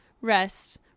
rest